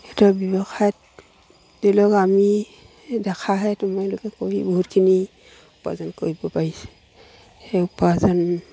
সিহঁতৰ ব্যৱসায়ত ধৰি লওক আমি দেখাাহে তোমলোকে কৰি বহুতখিনি উপাৰ্জন কৰিব পাৰিছে সেই উপাৰ্জন